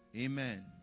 Amen